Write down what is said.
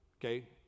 Okay